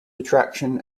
attraction